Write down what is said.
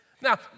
Now